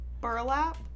Burlap